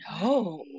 no